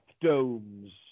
domes